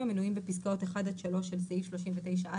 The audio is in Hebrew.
המנויים בפסקאות (1) עד (3) של סעיף 39(א),